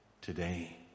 today